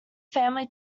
family